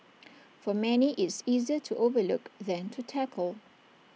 for many it's easier to overlook than to tackle